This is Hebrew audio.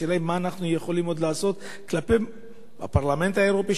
השאלה היא מה אנחנו יכולים עוד לעשות כלפי הפרלמנט האירופי,